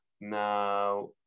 Now